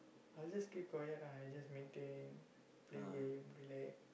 I'll just keep quiet ah I just maintain play game relax